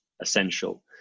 essential